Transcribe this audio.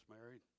married